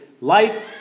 life